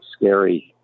scary